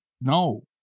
no